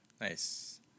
nice